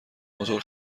موتور